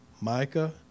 Micah